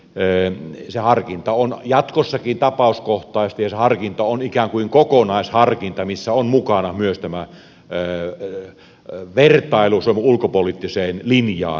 se harkinta on jatkossakin tapauskohtaista ja se harkinta on ikään kuin kokonaisharkinta missä on mukana myös tämä vertailu suomen ulkopoliittiseen linjaan nähden